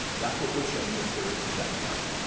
that's what we've shown in a series of benchmarks.